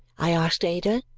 i asked ada.